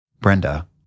Brenda